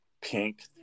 Pink